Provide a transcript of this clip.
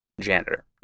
janitor